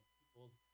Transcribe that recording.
people's